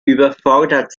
überfordert